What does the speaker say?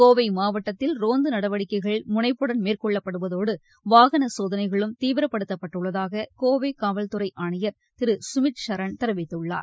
கோவை மாவட்டத்தில் ரோந்து நடவடிக்கைகள் முனைப்புடன் மேற்கொள்ளப்படுவதோடு வாகன சோதனைகளும் தீவிரப்படுத்தப்பட்டுள்ளதாக கோவை காவல்துறை ஆணையர் திரு சுமித் சரண் தெரிவித்துள்ளார்